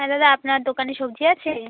হ্যাঁ দাদা আপনার দোকানে সবজি আছে